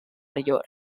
york